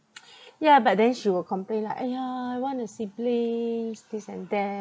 yeah but then she will complain lah !aiya! I want a siblings this and that